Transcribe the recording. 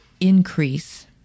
increase